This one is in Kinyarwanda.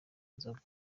nzoga